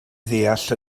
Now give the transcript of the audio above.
ddeall